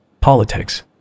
politics